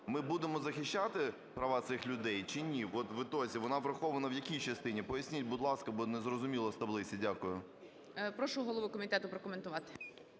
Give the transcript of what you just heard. Ми будемо захищати права цих людей чи ні в ітозі? Вона врахована в якій частині, поясніть, будь ласка, бо не зрозуміло з таблиці. Дякую. ГОЛОВУЮЧИЙ. Прошу голову комітету прокоментувати.